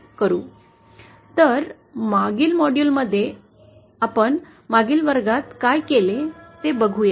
तर् मागील मॉड्यूलमध्ये आपण मागील वर्गात काय केले ते बघुया